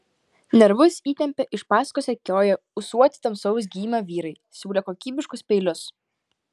nervus įtempė iš paskos sekioję ūsuoti tamsaus gymio vyrai siūlę kokybiškus peilius